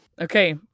Okay